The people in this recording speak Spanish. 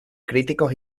críticos